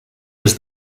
was